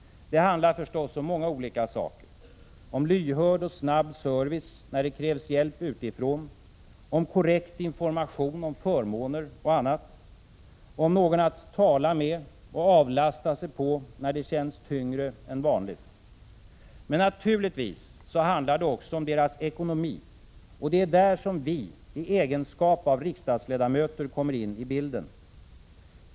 Det handlar förstås om många saker: om lyhörd och snabb service när det krävs hjälp utifrån, om korrekt information om förmåner och annat och om någon att tala med och avlasta sig på när det känns tyngre än vanligt. Men naturligtvis handlar det också om deras ekonomi, och det är där vi i egenskap av riksdagsledamöter kommer in i bilden.